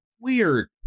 weird